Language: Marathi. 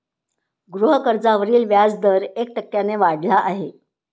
गृहकर्जावरील व्याजदर एक टक्क्याने वाढला आहे